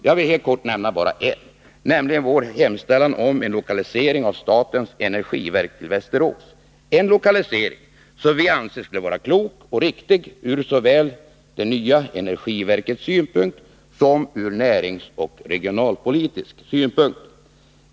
Jag vill här helt kort nämna en, nämligen vår hemställan om en lokalisering av statens energiverk till Västerås — en lokalisering som vi anser skulle vara klok och riktig ur såväl det nya energiverkets synpunkt som ur näringsoch regionalpolitisk synpunkt.